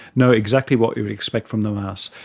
no, exactly what you would expect from the mouse.